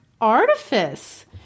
artifice